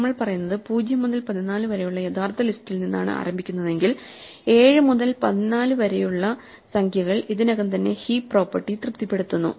നമ്മൾ പറയുന്നത് 0 മുതൽ 14 വരെയുള്ള യഥാർത്ഥ ലിസ്റ്റിൽ നിന്നാണ് ആരംഭിക്കുന്നതെങ്കിൽ 7 മുതൽ 14 വരെയുള്ള സംഖ്യകൾ ഇതിനകം തന്നെ ഹീപ്പ് പ്രോപ്പർട്ടി തൃപ്തിപ്പെടുത്തുന്നു